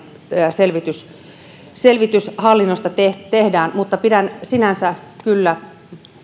selvitys hallinnosta tehdään mutta pidän sinänsä kyllä